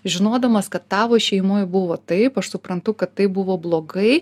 žinodamas kad tavo šeimoj buvo taip aš suprantu kad tai buvo blogai